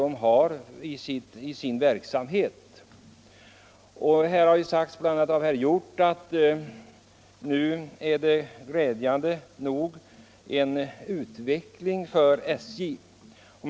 Här har sagts, av bl.a. herr Hjorth, att nu sker glädjande nog en utveckling i fråga om SJ:s trafik.